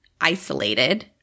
isolated